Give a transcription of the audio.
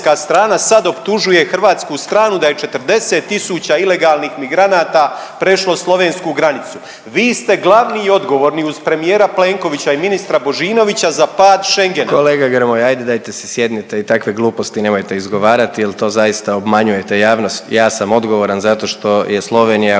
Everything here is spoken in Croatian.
Kolega Grmoja, ajde, dajte se sjednite i takve gluposti nemojte izgovorati jer to zaista obmanjujete javnost. Ja sam odgovoran zato što je Slovenija uvela